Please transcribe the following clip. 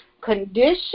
Condition